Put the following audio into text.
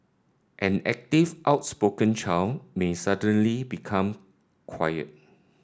an active outspoken child may suddenly become quiet